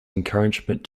encouragement